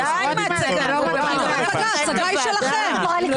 -- עדיין יהיה לך זמן להקשיב לעצמך ולראות